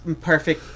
perfect